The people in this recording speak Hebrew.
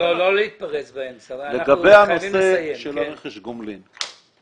לגבי הנושא של רכש הגומלין.